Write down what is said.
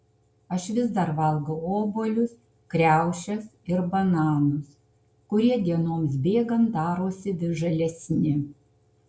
aš vis dar valgau obuolius kriaušes ir bananus kurie dienoms bėgant darosi vis žalesni